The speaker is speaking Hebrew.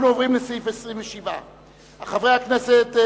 אנחנו עוברים לסעיף 27. חברי הכנסת,